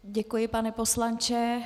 Děkuji, pane poslanče.